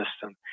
system